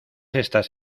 estas